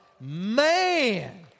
Man